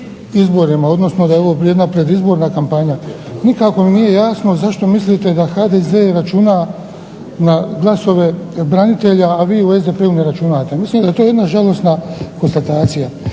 izborima, odnosno da je ovo jedna predizborna kampanja. Nikako nije jasno zašto mislite da HDZ računa na glasova branitelja, a vi u SPD-u ne računate. Mislim da je to jedna žalosna konstatacija.